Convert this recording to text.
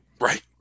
Right